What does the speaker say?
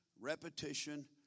repetition